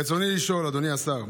ברצוני לשאול, אדוני השר: